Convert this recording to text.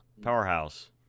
Powerhouse